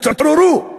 תתעוררו.